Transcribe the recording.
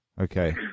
Okay